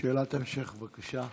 שאלת המשך, בבקשה.